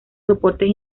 soportes